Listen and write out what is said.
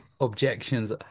objections